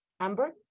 Amber